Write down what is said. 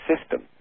system